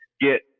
get